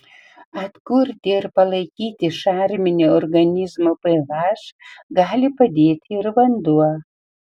atkurti ir palaikyti šarminį organizmo ph gali padėti ir vanduo